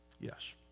Yes